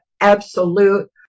absolute